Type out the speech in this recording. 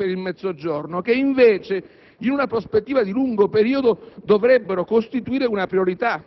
per il Mezzogiorno, che invece - in una prospettiva di lungo periodo - dovrebbero costituire una priorità.